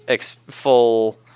full